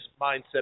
mindset